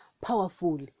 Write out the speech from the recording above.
powerful